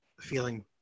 feeling